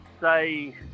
say